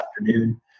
afternoon